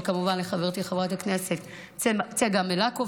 וכמובן לחברתי חברת הכנסת צגה מלקו,